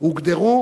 הוגדרו